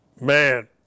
Man